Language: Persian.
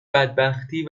بدبختی